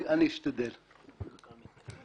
אני אקצר אבל אומר את העיקרון.